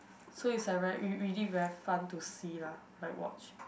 so it's like r~ really fun to see lah like watch